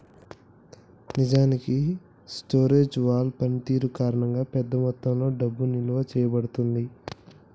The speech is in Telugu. నిజానికి స్టోరేజ్ వాల్ పనితీరు కారణంగా పెద్ద మొత్తంలో డబ్బు నిలువ చేయబడుతుంది